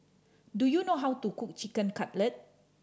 do you know how to cook Chicken Cutlet